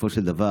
שבסופו של דבר,